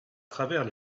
travers